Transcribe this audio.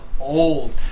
old